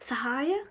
ಸಹಾಯ